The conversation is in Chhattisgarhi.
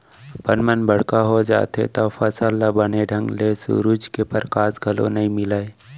बन मन बड़का हो जाथें तव फसल ल बने ढंग ले सुरूज के परकास घलौ नइ मिलय